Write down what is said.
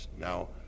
Now